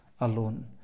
alone